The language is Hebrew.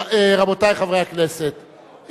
רבותי חברי הכנסת,